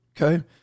Okay